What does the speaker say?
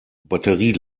batterie